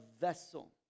vessel